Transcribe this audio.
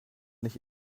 nicht